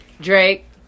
Drake